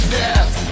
death